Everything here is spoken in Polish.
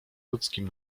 ludzkim